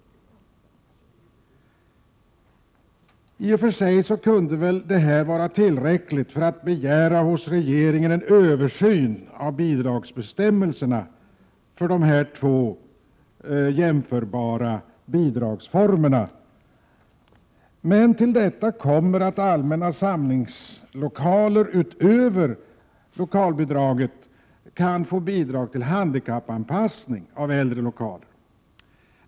I och för sig kunde det nu anförda vara tillräckligt för att hos regeringen begära en översyn av bidragsbestämmelserna för dessa två jämförbara bidragsformer. Men till detta kommer att allmänna samlingslokaler utöver lokalbidraget kan få bidrag till handikappanpassning av äldre lokaler.